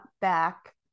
back